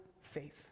faith